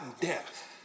death